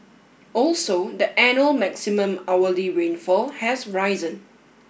also the annual maximum hourly rainfall has risen